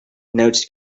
notes